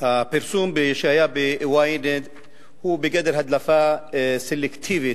הפרסום שהיה ב-Ynet הוא בגדר הדלפה סלקטיבית,